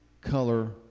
color